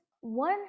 one